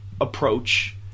Approach